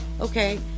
okay